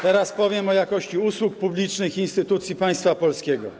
Teraz powiem o jakości usług publicznych i instytucji państwa polskiego.